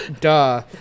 duh